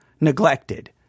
neglected